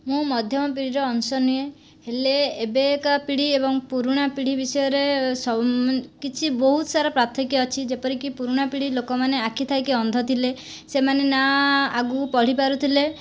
ମୁଁ ମଧ୍ୟମ ପିଢ଼ିର ଅଂଶ ନୁହେଁ ହେଲେ ଏବେକା ପିଢ଼ି ଏବଂ ପୁରୁଣା ପିଢ଼ି ବିଷୟରେ କିଛି ବହୁତ ସାରା ପାର୍ଥକ୍ୟ ଅଛି ଯେପରିକି ପୁରୁଣା ପିଢ଼ି ଲୋକମାନେ ଆଖି ଥାଇକି ଅନ୍ଧ ଥିଲେ ସେମାନେ ନା ଆଗକୁ ପଢ଼ିପାରୁଥିଲେ